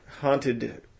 haunted